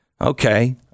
Okay